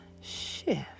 shift